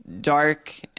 dark